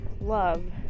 love